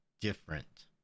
different